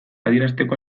adierazteko